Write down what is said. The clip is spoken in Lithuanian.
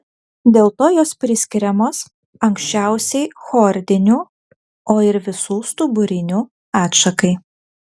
dėl to jos priskiriamos anksčiausiai chordinių o ir visų stuburinių atšakai